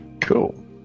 Cool